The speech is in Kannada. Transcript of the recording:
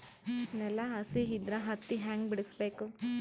ನೆಲ ಹಸಿ ಇದ್ರ ಹತ್ತಿ ಹ್ಯಾಂಗ ಬಿಡಿಸಬೇಕು?